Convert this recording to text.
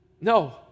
No